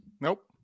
Nope